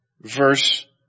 verse